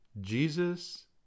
Jesus